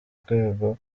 rwego